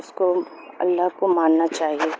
اس کو اللہ کو ماننا چاہیے